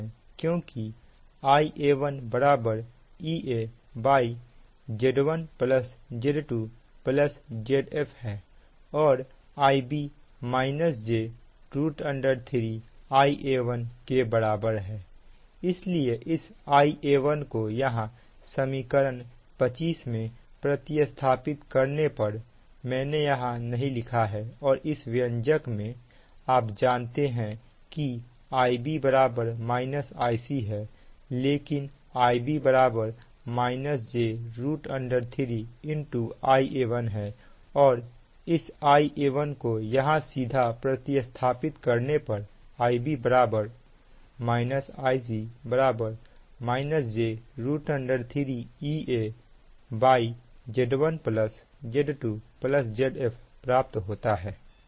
क्योंकि Ia1 EaZ1Z2Zfहै और Ib j3 Ia1 के बराबर है इसलिए इस Ia1 को यहां समीकरण 25 में प्रति स्थापित करने पर मैंने यहां नहीं लिखा है और इस व्यंजक में आप जानते हैं कि Ib - Ic है लेकिन Ib j3 Ia1 है और इस Ia1 को यहां सीधा प्रति स्थापित करने पर Ib - Ic j3EaZ1Z2Zfप्राप्त होता है